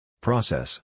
Process